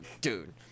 dude